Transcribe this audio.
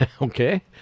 Okay